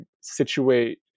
situate